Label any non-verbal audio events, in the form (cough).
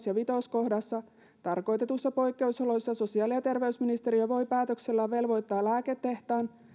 (unintelligible) ja viisi kohdissa tarkoitetuissa poikkeusoloissa sosiaali ja terveysministeriö voi päätöksellään velvoittaa lääketehtaan